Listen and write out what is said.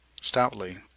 stoutly